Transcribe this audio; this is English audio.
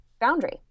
boundary